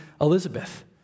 Elizabeth